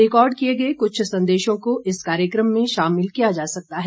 record किए गए कुछ संदेशों को इस कार्यक्रम में शामिल किया जा सकता है